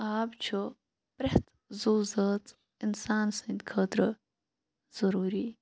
آب چھُ پرٛٮ۪تھ زوٗ زٲژ اِنسان سٕنٛدۍ خٲطرٕ ضروٗری